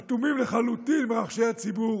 אטומים לחלוטין לרחשי הציבור